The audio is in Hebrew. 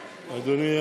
אדוני.